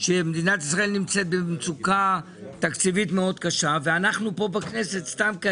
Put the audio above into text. כשמדינת ישראל נמצאת במצוקה תקציבית מאוד קשה ואנחנו כאן בכנסת סתם.